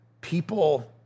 people